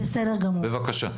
בבקשה.